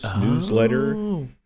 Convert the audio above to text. newsletter